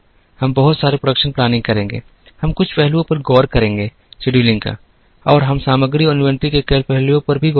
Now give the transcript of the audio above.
हम बहुत सारे प्रोडक्शन प्लानिंग करेंगे हम कुछ पहलुओं पर गौर करेंगे शेड्यूलिंग का और हम सामग्री और इन्वेंट्री के कई पहलुओं पर भी गौर करेंगे